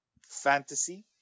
fantasy